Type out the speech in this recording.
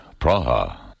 Praha